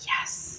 yes